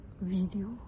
video